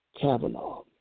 Kavanaugh